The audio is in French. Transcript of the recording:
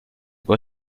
quoi